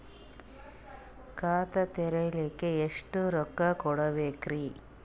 ಖಾತಾ ತೆರಿಲಿಕ ಎಷ್ಟು ರೊಕ್ಕಕೊಡ್ಬೇಕುರೀ?